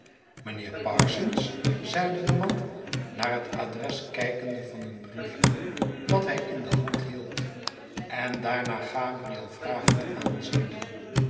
mijnheer parsons zeide de man naar het adres kijkende van een briefje dat hij in de hand hield en daarna gabriel vragend aanziende